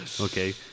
Okay